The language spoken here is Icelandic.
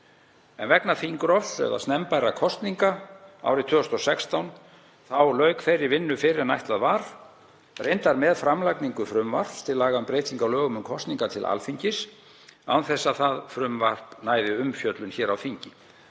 en vegna þingrofs eða snemmbærra kosninga árið 2016 lauk þeirri vinnu fyrr en ætlað var, reyndar með framlagningu frumvarps til laga um breytingu á lögum um kosningar til Alþingis, án þess að það næði umfjöllun hér á þingi.